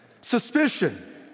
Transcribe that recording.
Suspicion